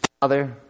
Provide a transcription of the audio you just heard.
Father